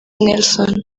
nelson